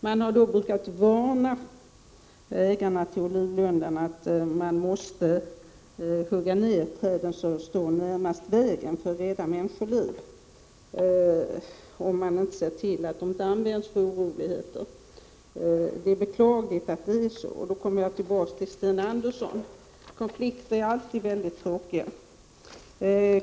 Man har då varnat ägarna till olivlundarna och sagt att de måste hugga ner de träd som står närmast vägen för att rädda människoliv om de inte ser till att träden inte används för oroligheter. Det är beklagligt att det är så. Jag kommer nu tillbaka till Sten Andersson. Konflikter är alltid mycket tråkiga.